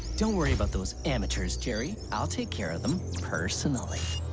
don't worry about those amateurs jerry. i'll take care of them personally